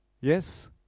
yes